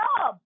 job